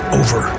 over